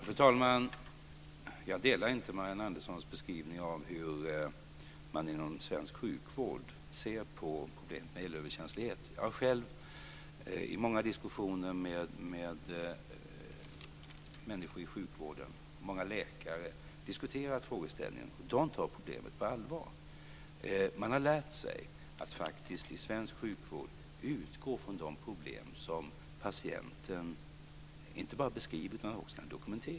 Fru talman! Jag delar inte Marianne Anderssons beskrivning hur man inom svensk sjukvård ser på problemet med elöverkänslighet. Jag har själv med många människor i sjukvården och många läkare diskuterat frågeställningen. De tar problemet på allvar. Man har lärt sig i svensk sjukvård att utgå från de problem som patienten inte bara beskriver utan också kan dokumentera.